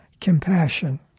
compassion